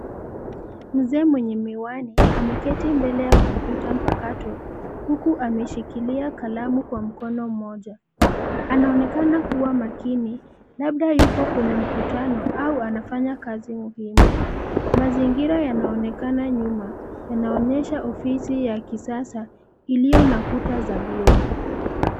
Mzee mwenye miwani, ameketi mbele ya kompyuta mpakato, huku ameshikilia kalamu kwa mkono mmoja, anaonekana kuwa makini, labda yuko kwenye mkutano au anafanya kazi muhimu, mazingira yanaonekana nyuma, yanaonyesha ofisi ya kisasa, iliyo na kuta za vioo.